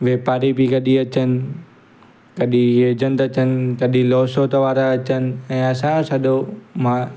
वापारी बि कॾहिं अचनि कॾहिं एजंट अचनि कॾहिं लोशोत वारा अचनि ऐं असांजो सॼो माल